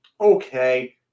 okay